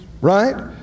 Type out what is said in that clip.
Right